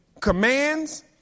commands